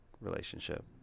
relationship